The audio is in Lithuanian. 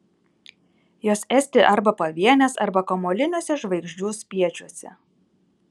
jos esti arba pavienės arba kamuoliniuose žvaigždžių spiečiuose